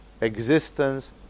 existence